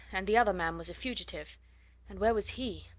and the other man was a fugitive and where was he?